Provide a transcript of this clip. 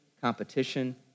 competition